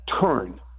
turn